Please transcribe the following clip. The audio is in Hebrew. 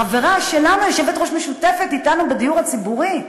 חברה שלנו, יושבת-ראש משותפת אתנו בדיור הציבורי,